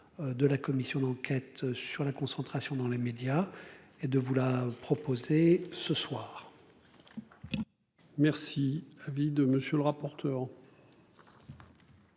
De la commission d'enquête sur la concentration dans les médias et de vous l'a proposé ce soir. Merci à vie de monsieur le rapporteur.